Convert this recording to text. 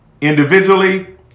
individually